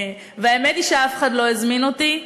והאמת היא שאף אחד לא הזמין אותי.